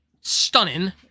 stunning